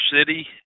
City